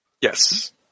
Yes